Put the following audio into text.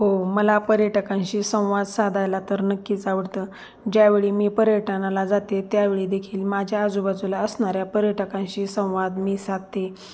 हो मला पर्यटकांशी संवाद साधायला तर नक्कीच आवडतं ज्यावेळी मी पर्यटनाला जाते त्यावेळीदखील माझ्या आजूबाजूला असणाऱ्या पर्यटकांशी संवाद मी साधते